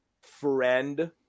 friend